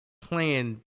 playing